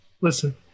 Listen